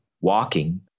Walking